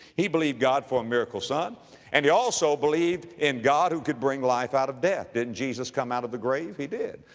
he believed god for a miracle son and he also believed in god who could bring life out of death. didn't jesus come out of the grave, he did.